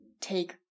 take